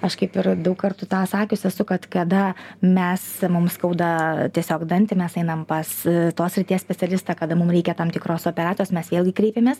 aš kaip ir daug kartų tą sakius esu kad kada mes mum skauda tiesiog dantį mes einam pas tos srities specialistą kada mum reikia tam tikros operacijos mes vėlgi kreipiamės